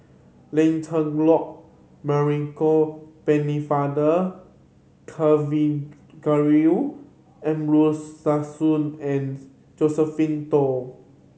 Lancelot Pennefather Kavignareru Amallathasan and Josephine Teo